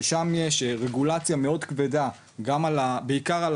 ששם יש רגולציה מאוד כבדה גם ובעיקר על